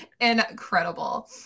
Incredible